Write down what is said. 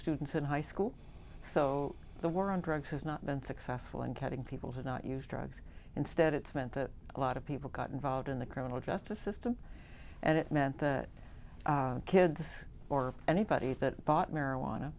students in high school so the war on drugs has not been successful in getting people to not use drugs instead it's meant that a lot of people got involved in the criminal justice system and it meant that kids or anybody that bought marijuana